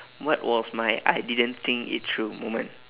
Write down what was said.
what was my I didn't think it through moment